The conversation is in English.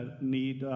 need